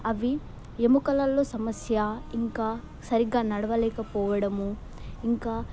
అవి ఎముకల్లో సమస్య ఇంకా సరిగ్గా నడవలేకపోవడము ఇంకా